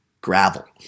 Gravel